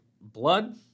blood